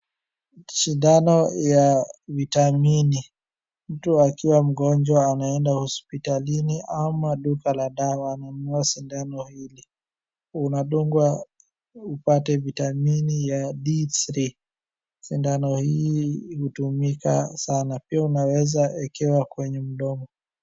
Sindano ya vitamini. Mtu akiwa mgonjwa anaeda hospitalini ama duka la dawa ananunua sindano hili. Unadungwa upate vitamini ya D3 . Sindano hii hutumika sana. Pia unaweza ekewa kwenye mdomo.